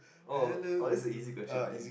oh oh oh this is a easy question man